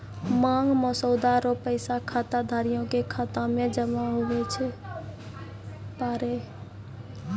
मांग मसौदा रो पैसा खाताधारिये के खाता मे जमा हुवै पारै